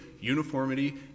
uniformity